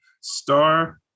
Star